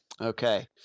Okay